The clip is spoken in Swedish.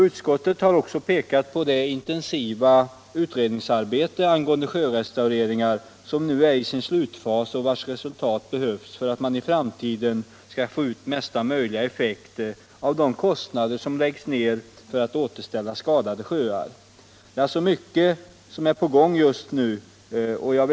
Utskottet har också pekat på det intensiva utredningsarbete angående sjörestaureringar som nu är i sin slutfas och vars resultat behövs för att man i framtiden skall få ut mesta möjliga effekt av de kostnader som läggs ner för att återställa skadade sjöar. Det är alltså mycket som är på gång just nu.